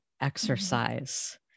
exercise